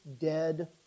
dead